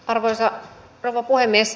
arvoisa rouva puhemies